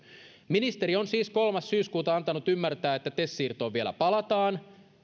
ministeri on siis ymmärtää että tes siirtoon vielä palataan